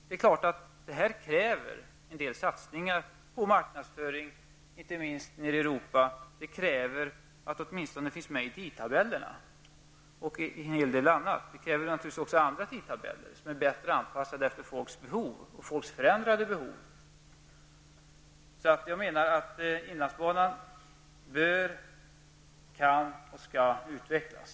Det är klart att detta kräver en del satsningar på marknadsföring inte minst nere i Europa. Det kräver att inlandsbanan åtminstone finns med i tidtabellerna. Vi kräver naturligtvis också andra tidtabeller, som är bättre anpassade efter människors behov och människors förändrade behov. Jag menar att inlandsbanan bör, kan och skall utvecklas.